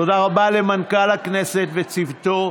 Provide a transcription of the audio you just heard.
תודה רבה למנכ"ל הכנסת וצוותו,